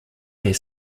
their